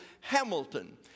Hamilton